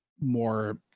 more